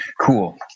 Cool